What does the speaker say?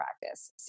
practice